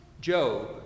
Job